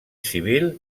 civil